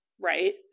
right